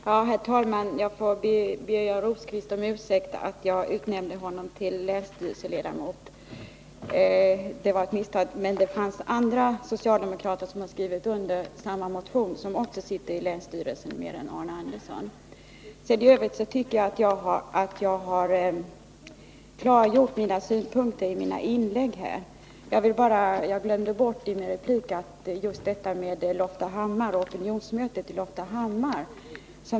Herr talman! Jag får be Birger Rosqvist om ursäkt för att jag utnämnde honom till länsstyrelseledamot. Det var ett misstag. Men andra socialdemokrater i länsstyrelsen, förutom Arne Andersson, har skrivit under samma motion. I övrigt tycker jag att jag har klargjort mina synpunkter i inläggen här, men jag glömde bort en sak i min förra replik som har att göra med opinionsmötet i Loftahammar.